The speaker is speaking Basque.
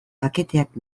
paketeak